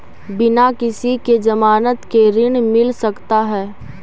बिना किसी के ज़मानत के ऋण मिल सकता है?